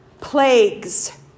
plagues